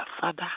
Father